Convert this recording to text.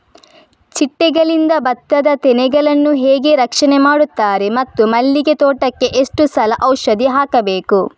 ಚಿಟ್ಟೆಗಳಿಂದ ಭತ್ತದ ತೆನೆಗಳನ್ನು ಹೇಗೆ ರಕ್ಷಣೆ ಮಾಡುತ್ತಾರೆ ಮತ್ತು ಮಲ್ಲಿಗೆ ತೋಟಕ್ಕೆ ಎಷ್ಟು ಸಲ ಔಷಧಿ ಹಾಕಬೇಕು?